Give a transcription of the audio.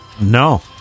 No